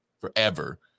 forever